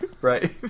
Right